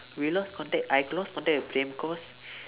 we lost contact I lost contact with praem cause